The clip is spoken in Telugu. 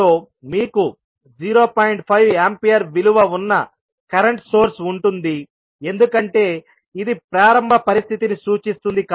5 ఆంపియర్ విలువ ఉన్నకరెంట్ సోర్స్ ఉంటుంది ఎందుకంటే ఇది ప్రారంభ పరిస్థితిని సూచిస్తుంది కాబట్టి